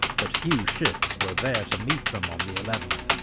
but few ships were there to meet them on the eleventh.